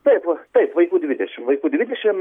tai va taip vaikų dvidešimt vaikų dvidešimt